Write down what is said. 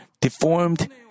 deformed